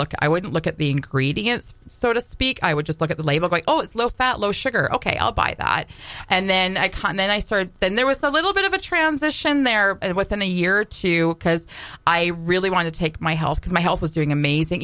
look i would look at the ingredients so to speak i would just look at the label like oh it's low fat low sugar ok i'll buy that and then i can then i started then there was a little bit of a transition there and within a year or two because i really want to take my health because my health was doing amazing